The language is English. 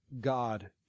God